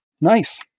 Nice